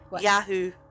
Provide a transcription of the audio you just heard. Yahoo